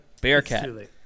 Bearcat